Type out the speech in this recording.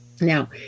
Now